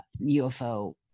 UFO